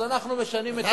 אז אנחנו משנים,